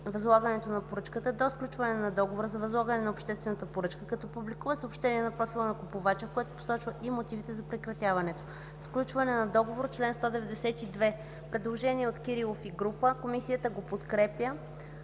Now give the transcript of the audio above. възлагането на поръчката до сключване на договора за възлагане на обществената поръчка, като публикува съобщение на профила на купувача, в което посочва и мотивите за прекратяването.” „Сключване на договор” – чл. 192. Предложение от народния представител